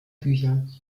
bücher